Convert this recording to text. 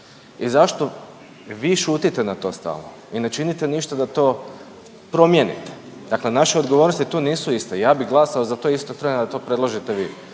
i zašto vi šutite na to stalno i ne činite ništa da to promijenite? Dakle naše odgovornosti tu nisu iste, ja bi glasao za to isto…/Govornik se